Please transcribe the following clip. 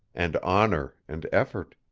and honor and effort.